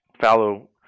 Fallow